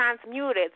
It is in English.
transmuted